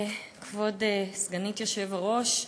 כבוד סגנית היושב-ראש,